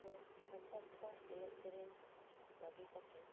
ᱟᱵᱚ ᱥᱟᱱᱛᱟᱲ ᱠᱚᱣᱟᱜ ᱮᱱᱮᱡ ᱥᱮᱨᱮᱧ ᱵᱟᱹᱜᱤ ᱠᱟᱛᱮᱫ